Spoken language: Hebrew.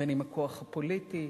בין אם הכוח הפוליטי,